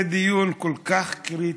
זה דיון כל כך קריטי,